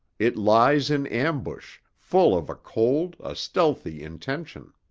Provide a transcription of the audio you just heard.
it lies in ambush, full of a cold, a stealthy intention.